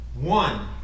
One